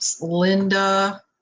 Linda